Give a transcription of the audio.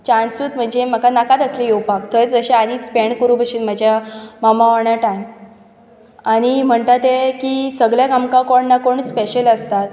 च्याँसूच म्हणजे म्हाका नाकाच आसलें येवपाक थंयच अशें आनी स्पेंड करूं अशें म्हज्या मामा वांगडा टायम आनी म्हणटात ते सगळ्यांक आमकां कोण ना कोण स्पेशल आसता